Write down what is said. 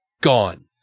gone